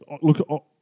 look